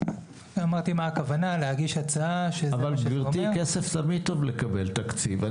אבל גברתי, כסף תמיד טוב לקבל, תקציב.